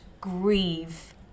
grieve